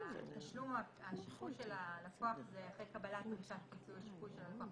שהתשלום או השיפוי של הלקוח זה אחרי קבלת פסק פיצוי שיפוי של הלקוח.